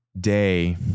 day